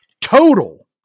total